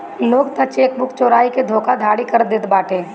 लोग तअ चेकबुक चोराई के धोखाधड़ी कर देत बाटे